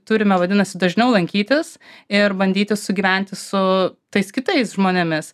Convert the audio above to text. turime vadinasi dažniau lankytis ir bandyti sugyventi su tais kitais žmonėmis